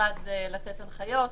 האחד זה לתת הנחיות,